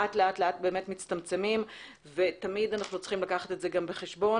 לאט לאט באמת מצטמצמים ותמיד אנחנו צריכים לקחת את זה גם בחשבון.